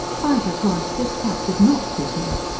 by the gods, this cap did not fit him!